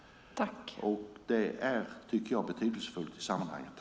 Det tycker jag är betydelsefullt i sammanhanget.